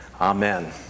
Amen